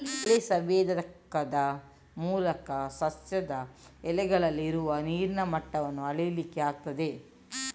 ಎಲೆ ಸಂವೇದಕದ ಮೂಲಕ ಸಸ್ಯದ ಎಲೆಗಳಲ್ಲಿ ಇರುವ ನೀರಿನ ಮಟ್ಟವನ್ನ ಅಳೀಲಿಕ್ಕೆ ಆಗ್ತದೆ